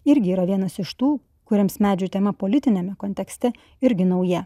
irgi yra vienas iš tų kuriems medžių tema politiniame kontekste irgi nauja